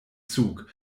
zug